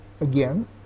again